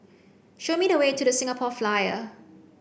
show me the way to the Singapore Flyer